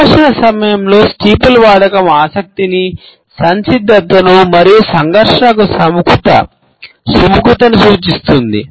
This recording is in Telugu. సంభాషణ సమయంలో స్టీపుల్ సూచిస్తుంది